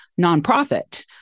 nonprofit